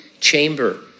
chamber